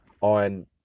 on